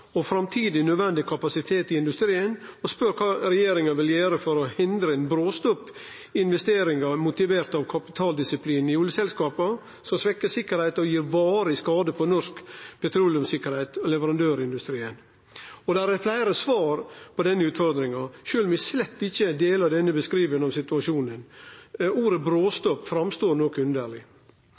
også framtidig nødvendig kapasitet i industrien. Han spør kva regjeringa vil gjere for å hindre at ein bråstopp i investeringar motivert av kapitaldisiplin i oljeselskapa svekkjer sikkerheita og gir varige skadar på norsk petroleumsverksemd og leverandørindustrien. Det er fleire svar på denne utfordringa, sjølv om eg slett ikkje deler denne beskrivinga av situasjonen. Ordet «bråstopp» står fram som noko underleg.